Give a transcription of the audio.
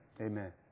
Amen